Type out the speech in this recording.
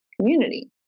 community